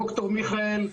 ד"ר מיכאל,